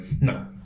No